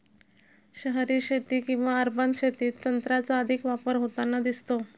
शहरी शेती किंवा अर्बन शेतीत तंत्राचा अधिक वापर होताना दिसतो